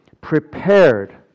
prepared